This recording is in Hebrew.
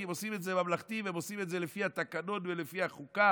כי הם עושים את זה ממלכתי והם עושים את זה לפי התקנון ולפי החוקה.